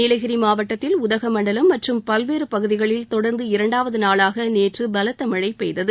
நீலகிரி மாவட்டத்தில் உதகமண்டலம் மற்றும் பல்வேறு பகுதிகளில் தொடர்ந்து இரண்டாவது நாளாக நேற்று பலத்த மழை பெய்தது